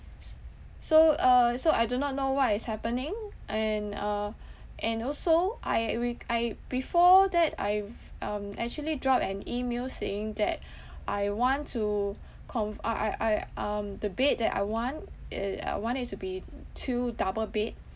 s~ so uh so I do not know what is happening and uh and also I re~ I before that I've um actually dropped an email saying that I want to conf~ I I I um the bed that I want uh I want it to be two double bed